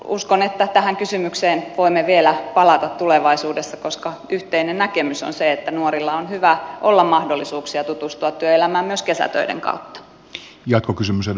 uskon että tähän kysymykseen voimme vielä palata tulevaisuudessa koska yhteinen näkemys on se että nuorilla on hyvä olla mahdollisuuksia tutustua työelämään myös kesätöiden kautta